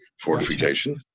fortification